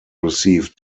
received